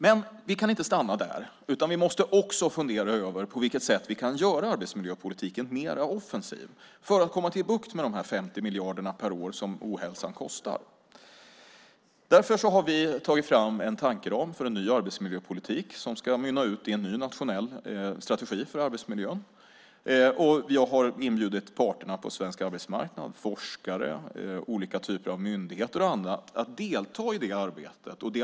Men vi kan inte stanna där, utan vi måste också fundera över på vilket sätt vi kan göra arbetsmiljöpolitiken mer offensiv för att få bukt med de 50 miljarder per år som ohälsan kostar. Därför har vi tagit fram en tankeram för en ny arbetsmiljöpolitik som ska mynna ut i en ny nationell strategi för arbetsmiljön. Och jag har inbjudit parterna på svensk arbetsmarknad, forskare, olika typer av myndigheter och andra att delta i det arbetet.